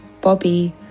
Bobby